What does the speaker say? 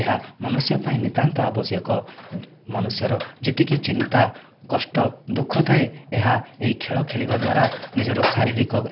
ଏହା ମନୁଷ୍ୟ ପାଇଁ ନିତାନ୍ତ ଆବଶ୍ୟକ ମନୁଷ୍ୟର ଯେତିକି ଚିନ୍ତା କଷ୍ଟ ଦୁଃଖ ଥାଏ ଏହା ଏହି ଖେଳ ଖେଳିବାଦ୍ଵାରା ନିଜର ଶାରୀରିକ